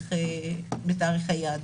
בתאריך היעד.